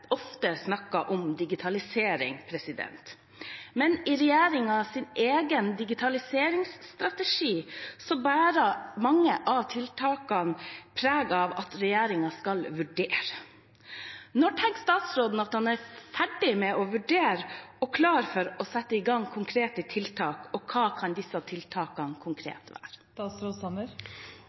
ofte snakker om digitalisering. Men i regjeringens egen digitaliseringsstrategi bærer mange av tiltakene preg av at regjeringen skal vurdere. Når tenker statsråden at han er ferdig med å vurdere og klar for å sette i gang konkrete tiltak, og hva kan disse tiltakene konkret være?